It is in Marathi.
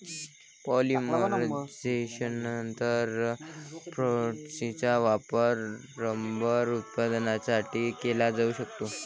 पॉलिमरायझेशननंतर, फॅक्टिसचा वापर रबर उत्पादनासाठी केला जाऊ शकतो